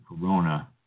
Corona